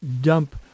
dump